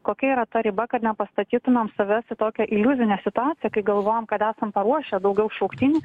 kokia yra ta riba kad nepastatytumėm savęs į tokią iliuzinę situaciją kai galvojam kad esam paruošę daugiau šauktinių